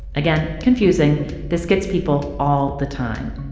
again, confusing this gets people all the time.